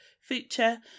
future